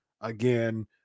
again